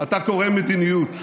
אתה קורא מדיניות.